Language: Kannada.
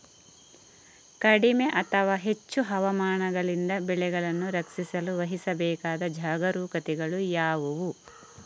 ಕಡಿಮೆ ಅಥವಾ ಹೆಚ್ಚು ಹವಾಮಾನಗಳಿಂದ ಬೆಳೆಗಳನ್ನು ರಕ್ಷಿಸಲು ವಹಿಸಬೇಕಾದ ಜಾಗರೂಕತೆಗಳು ಯಾವುವು?